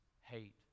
hate